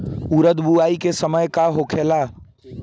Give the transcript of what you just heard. उरद बुआई के समय का होखेला?